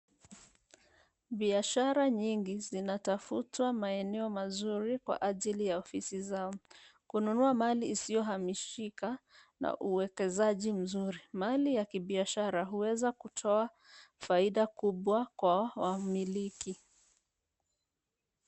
Biashara nyingi zinatafutwa maeneo mazuri kwa ajili ya ofisi zao. Kununua mali isiyohamishika na uwekezaji mzuri. Mali ya kibiashara huweza kutoa faida kubwa kwa wamiliki.